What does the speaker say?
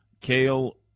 Kale